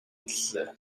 хэллээ